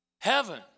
Heaven